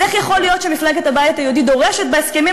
אז איך יכול להיות שמפלגת הבית היהודי דורשת בהסכמים